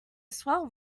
swell